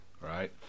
right